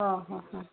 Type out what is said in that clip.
हा हा हा